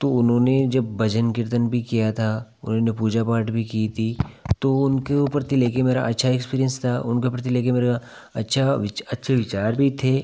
तो उन्होने जब भजन कीर्तन भी किया था उन्होंने पूजा पाठ भी की थी तो उनके वो प्रति लेके मेरा अच्छा एक्सपीरिएन्स था उनके प्रति ले कर मेरा अच्छा अच्छे विचार भी थे